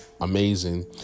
amazing